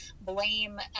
blame